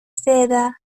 seda